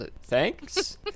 thanks